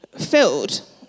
filled